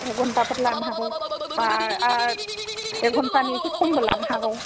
एक घण्टाफोर लानो हागौ बा एक घण्टानि एसे खमबो लानो हागौ